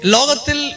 Logatil